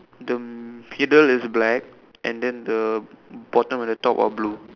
the middle is black and then the bottom and the top are blue